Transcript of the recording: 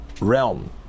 realm